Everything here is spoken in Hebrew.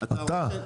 אתה,